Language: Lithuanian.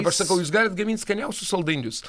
kaip aš sakau jūs galit gamint skaniausius saldainius